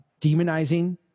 demonizing